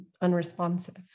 unresponsive